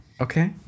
Okay